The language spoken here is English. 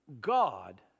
God